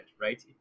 right